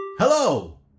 Hello